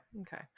okay